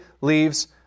leaves